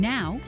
Now